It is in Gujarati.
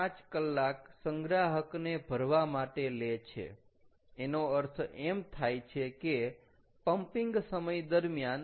5 કલાક સંગ્રાહકને ભરવા માટે લે છે એનો અર્થ એમ થાય છે કે પંપીંગ સમય દરમ્યાન